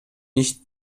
ишти